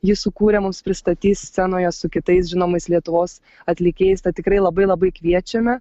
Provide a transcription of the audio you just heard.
jis sukūrė mūsų pristatys scenoje su kitais žinomais lietuvos atlikėjais tad tikrai labai labai kviečiame